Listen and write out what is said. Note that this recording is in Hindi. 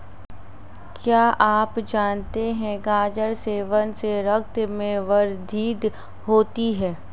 क्या आप जानते है गाजर सेवन से रक्त में वृद्धि होती है?